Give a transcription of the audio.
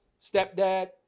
stepdad